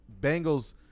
Bengals